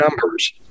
numbers